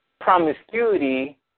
promiscuity